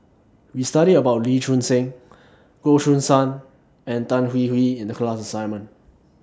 We studied about Lee Choon Seng Goh Choo San and Tan Hwee Hwee in The class assignment